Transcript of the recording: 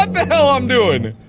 um the hell i'm doing.